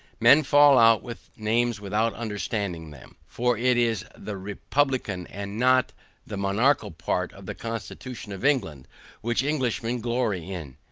men fall out with names without understanding them. for it is the republican and not the monarchical part of the constitution of england which englishmen glory in,